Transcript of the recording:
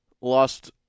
lost